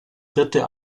dritte